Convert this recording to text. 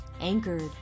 Anchored